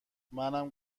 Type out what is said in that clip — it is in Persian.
منم